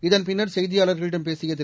இதன்பின்னர் செய்தியாளர்களிடம் பேசிய திரு